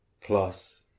plus